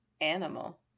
animal